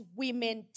women